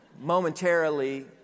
momentarily